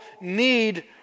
need